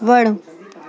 वणु